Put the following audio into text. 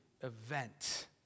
event